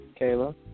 kayla